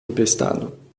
emprestado